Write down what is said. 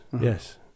yes